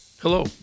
Hello